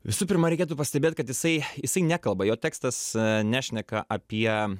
visų pirma reikėtų pastebėt kad jisai jisai nekalba jo tekstas nešneka apie